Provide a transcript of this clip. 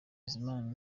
bizimana